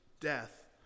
death